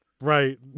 right